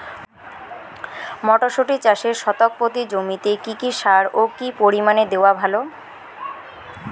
মটরশুটি চাষে শতক প্রতি জমিতে কী কী সার ও কী পরিমাণে দেওয়া ভালো?